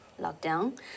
lockdown